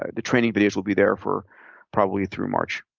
ah the training videos will be there for probably through march.